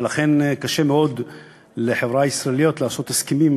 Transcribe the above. ולכן קשה מאוד לחברות ישראליות לעשות הסכמים עם